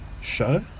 show